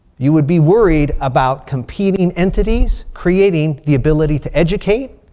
you would be worried about competing entities creating the ability to educate,